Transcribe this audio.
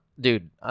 dude